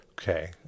okay